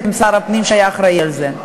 עם שר הפנים שהיה אחראי על זה.